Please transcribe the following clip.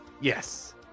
Yes